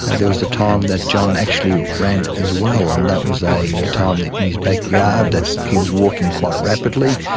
there was the time that john actually ran as well, and that was a ah time in his backyard that he was walking quite rapidly.